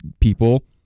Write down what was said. people